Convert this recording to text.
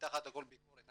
מתחת לכל ביקורת.